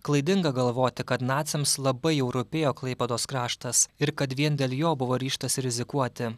klaidinga galvoti kad naciams labai jau rūpėjo klaipėdos kraštas ir kad vien dėl jo buvo ryžtasi rizikuoti